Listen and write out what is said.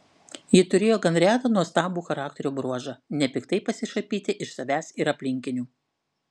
ji turėjo gan retą nuostabų charakterio bruožą nepiktai pasišaipyti iš savęs ir aplinkinių